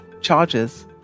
charges